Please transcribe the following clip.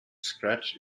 scratch